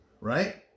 Right